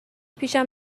پیشم